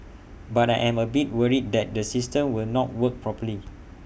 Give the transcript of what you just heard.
but I am A bit worried that the system will not work properly